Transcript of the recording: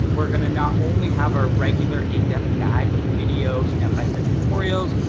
we're gonna not only have our regular in-depth guide with video step-by-step tutorials,